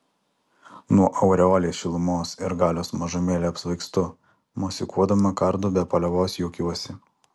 nuo aureolės šilumos ir galios mažumėlę apsvaigstu mosikuodama kardu be paliovos juokiuosi